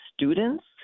students